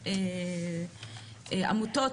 לעמותות,